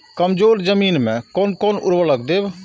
कमजोर जमीन में कोन कोन उर्वरक देब?